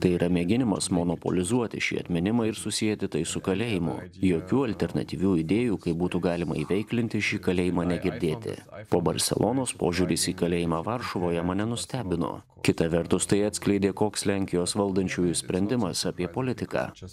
tai yra mėginimas monopolizuoti šį atminimą ir susieti tai su kalėjimu jokių alternatyvių idėjų kaip būtų galima įveiklinti šį kalėjimą negirdėti po barselonos požiūris į kalėjimą varšuvoje mane nustebino kita vertus tai atskleidė koks lenkijos valdančiųjų sprendimas apie politiką